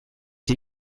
die